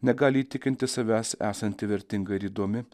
negali įtikinti savęs esanti vertinga ir įdomi